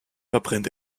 verbrennt